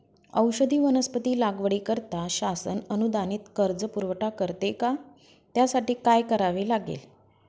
औषधी वनस्पती लागवडीकरिता शासन अनुदानित कर्ज पुरवठा करते का? त्यासाठी काय करावे लागेल?